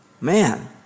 Man